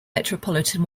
metropolitan